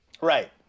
right